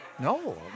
No